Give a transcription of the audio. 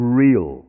real